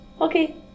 okay